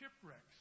shipwrecks